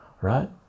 right